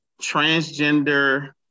transgender